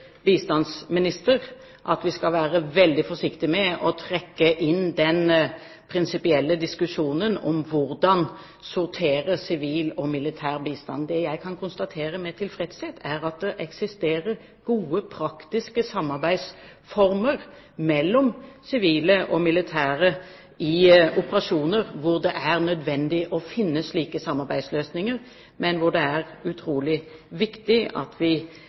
at vi skal være veldig forsiktige med å trekke inn den prinsipielle diskusjonen om hvordan sortere sivil og militær bistand. Det jeg kan konstatere med tilfredshet, er at det eksisterer gode, praktiske samarbeidsformer mellom sivile og militære i operasjoner hvor det er nødvendig å finne slike samarbeidsløsninger, men hvor det er utrolig viktig at vi